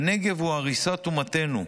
"הנגב הוא עריסת אומתנו,